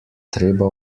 treba